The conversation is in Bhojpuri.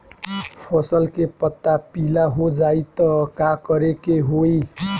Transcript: फसल के पत्ता पीला हो जाई त का करेके होई?